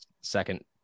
second